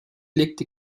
legte